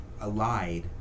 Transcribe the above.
allied